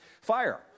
fire